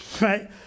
right